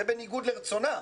ובניגוד לרצונם